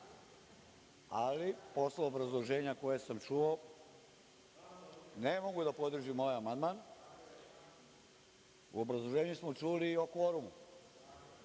ali posle obrazloženja koje sam čuo ne mogu da podržim ovaj amandman. U obrazloženju smo čuli o kvorumu.